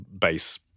base